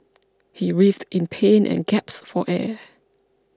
he writhed in pain and gasped for air